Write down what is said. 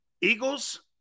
Eagles